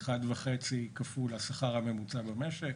אחד וחצי כפול השכר הממוצע במשק.